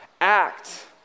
act